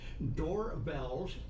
Doorbells